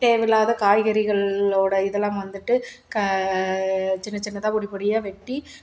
தேவையில்லாத காய்கறிகளோடய இதெல்லாம் வந்துட்டு க சின்ன சின்னதாக பொடி பொடியாக வெட்டி